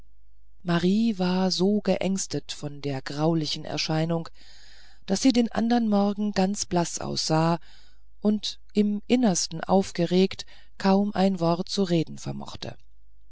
marie war so geängstet von der graulichen erscheinung daß sie den andern morgen ganz blaß aussah und im innersten aufgeregt kaum ein wort zu reden vermochte